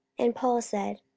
and paul said,